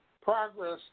progress